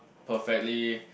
perfectly